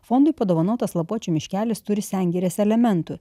fondui padovanotas lapuočių miškelis turi sengirės elementų